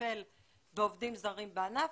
ולטפל בעובדים זרים בענף,